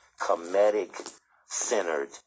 comedic-centered